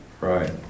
Right